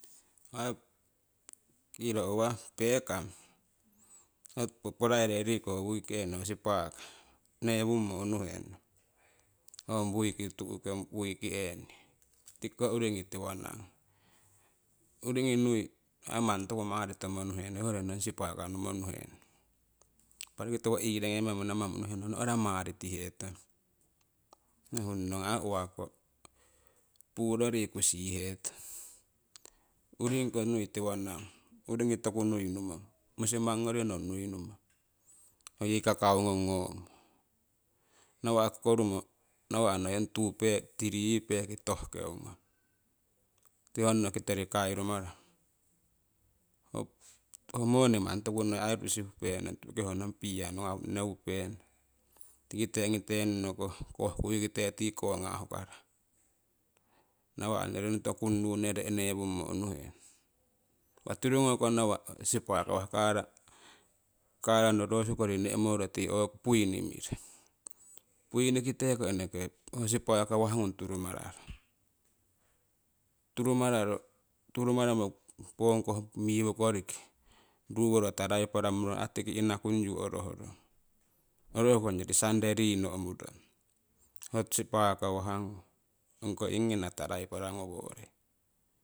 Ai iro uwa peekang hopoko puraire riku ho weekend ho sipaka newungmo unuhenong ong week tu'ki ong weekeni tikiko uriingi tiwoninang uriingi nui aii manni toku maritomo nuhenong hoi yori nong sipaka numo nuhenong. Impah roki tiwo ii'rogemamo namamo unnuhenong noora maritimo tuhetong nohunno ai uwakko puuro riku sihetong uringiko nuii tiwoninang uringii toku nuiinumong musimang ngori nong nui numong ho yii kakau ngung ngorumo nawa' kokorumo nawa' noi ong two bagi threeyee bagi tohkeu ngong honno kitori kairumaramo, ho moni aii manni toku noi sihupenong tu'ki roki hongong beer neupenong tikite ongite nonokoh kohkuiikite ti konga hukarah nawah roki ongyori gnoto kunnu nowena newummo unnuhenong impa tirungoko nawa' sipakawah kara norosukori ne'moro owo buini mirong buinikite eneke ho sipakawah turumararong turumaramo pongkoh mivo gnori ruuworo traipla monoyo tiki inakungyu orohrong orohku ongyori sunday renno umurong ho sipakawah ngung ongko iiginna traipla ngowore